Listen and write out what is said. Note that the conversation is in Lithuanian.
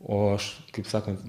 o aš kaip sakant